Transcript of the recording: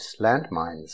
landmines